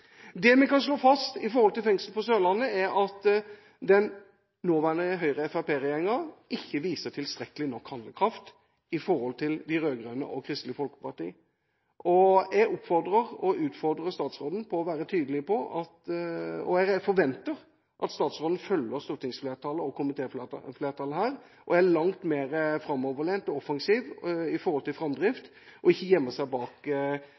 er at den nåværende Høyre–Fremskrittsparti-regjeringen ikke viser tilstrekkelig handlekraft i forhold til de rød-grønne og Kristelig Folkeparti. Jeg oppfordrer og utfordrer statsråden til å være tydelig – og jeg forventer at statsråden følger stortingsflertallet og komitéflertallet og er langt mer framoverlent og offensiv – når det gjelder framdrift, og ikke gjemme seg bak